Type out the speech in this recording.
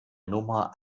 nummer